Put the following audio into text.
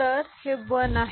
तर हे 1 आहे